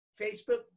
Facebook